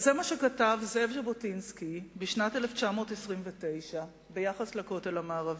וזה מה שכתב זאב ז'בוטינסקי בשנת 1929 ביחס לכותל המערבי: